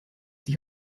die